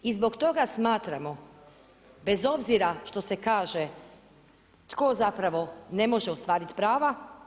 I zbog toga smatramo, bez obzira što se kaže, tko zapravo ne može ostvariti prava.